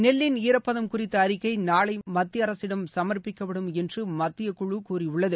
நெல்லின் ஈரப்பதம் குறித்த அறிக்கை நாளை மத்திய அரசிடம் சுமா்ப்பிக்கப்படும் என்று மத்திய குழு கூறியுள்ளது